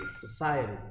society